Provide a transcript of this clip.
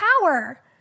power